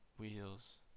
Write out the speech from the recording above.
wheels